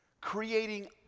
creating